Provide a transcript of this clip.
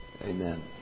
Amen